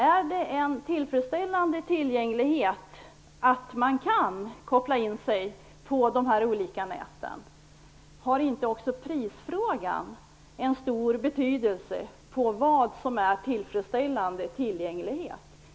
Är det en tillfredsställande tillgänglighet att kunna koppla in sig på de olika näten? Har inte också prisfrågan en stor betydelse i fråga om vad som är tillfredsställande tillgänglighet?